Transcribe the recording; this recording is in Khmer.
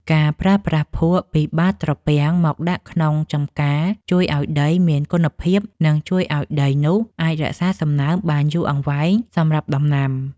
ការប្រើប្រាស់ភក់ពីបាតត្រពាំងមកដាក់ក្នុងចម្ការជួយឱ្យដីមានគុណភាព និងជួយឱ្យដីនោះអាចរក្សាសំណើមបានយូរអង្វែងសម្រាប់ដំណាំ។